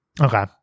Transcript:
Okay